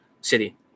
city